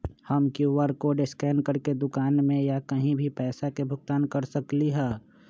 हम QR code scan करके दुकान में या कहीं भी पैसा के भुगतान कर सकली ह?